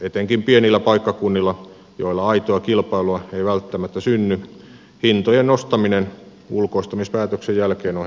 etenkin pienillä paikkakunnilla joilla aitoa kilpailua ei välttämättä synny hintojen nostaminen ulkoistamispäätöksen jälkeen on helppoa